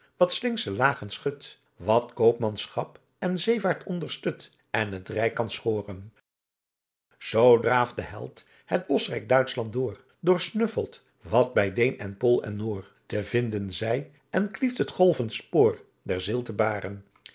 wat slinksche lagen schut wat koopmanschap en zeevaart onderstut en t rijk kan schoren zoo draaft de held het boschrijk duitschland door doorsnusffelt wat bij deen en pool en noor te vinden zij en klieft het golvend spoor der zilte baren